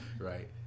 right